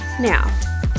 Now